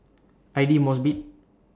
Aidli Mosbit